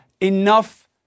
enough